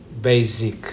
basic